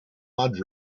mud